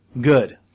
Good